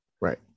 Right